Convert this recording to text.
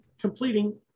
completing